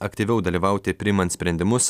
aktyviau dalyvauti priimant sprendimus